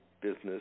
business